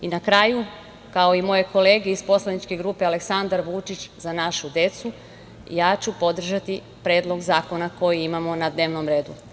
Na kraju, kao i moje kolege iz poslaničke grupe Aleksandar Vučić – Za našu decu, ja ću podržati predlog zakona koji imamo na dnevnom redu.